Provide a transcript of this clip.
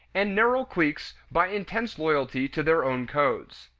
and narrow cliques by intense loyalty to their own codes.